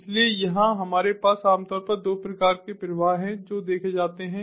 इसलिए यहां हमारे पास आमतौर पर दो प्रकार के प्रवाह हैं जो देखे जाते हैं